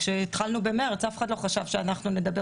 כשהתחלנו במרץ אף אחד לא חשב שאנחנו נדבר